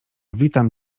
witam